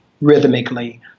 rhythmically